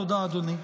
תודה, אדוני.